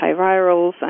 antivirals